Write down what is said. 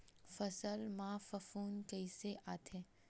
फसल मा फफूंद कइसे आथे?